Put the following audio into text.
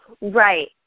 right